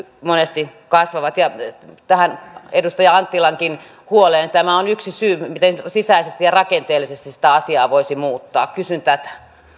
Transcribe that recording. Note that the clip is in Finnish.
monesti kasvavat ja edustaja anttilankin huoleen tämä on yksi syy miten sisäisesti ja rakenteellisesti sitä asiaa voisi muuttaa kysyn tätä